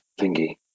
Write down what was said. thingy